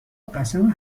قسم